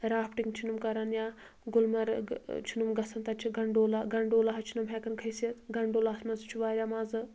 rafting چھِ نۄم کران یا گُلمرگ چھِ نۄم گژھان تتہِ چھِ گنڈولا گنڈولہس چھِ نۄم ہیٚکان کھٔسِتھ گنڈولہس منٛز تہِ چھِ واریاہ مَزٕ